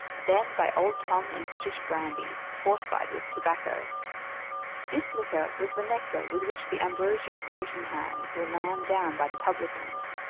then by old tom and british brandy, fortified with tobacco this liquor was the nectar with which the ambrosial station hands were lambed down by the publicans